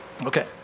Okay